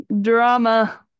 drama